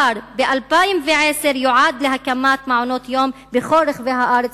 ב-2010 ייועד להקמת מעונות-יום בכל רחבי הארץ,